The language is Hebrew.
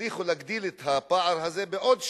הצליחו להגדיל את הפער הזה בעוד 2%,